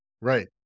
Right